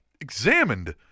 examined